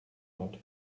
not